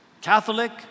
Catholic